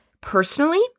personally